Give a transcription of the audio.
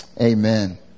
Amen